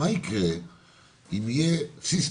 מה יקרה אם יהיה סיסטם,